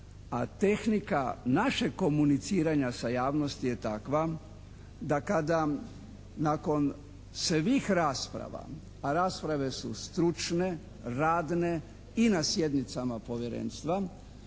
tehnika našeg komuniciranja sa javnosti je takva da kada nakon svih rasprava, a rasprave su stručne, radne i na sjednicama povjerenstva,